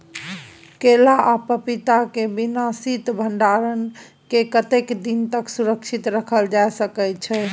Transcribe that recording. केला आ पपीता के बिना शीत भंडारण के कतेक दिन तक सुरक्षित रखल जा सकै छै?